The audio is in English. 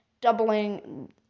doubling